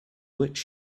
which